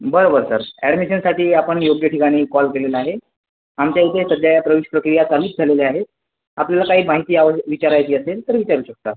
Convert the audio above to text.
बरं बरं सर ॲडमिशनसाठी आपण योग्य ठिकाणी कॉल केलेला आहे आमच्या इथे सध्या या प्रवेशप्रक्रिया चालूच झालेल्या आहे आपल्याला काही माहिती आव् विचारायची असेल तर विचारू शकता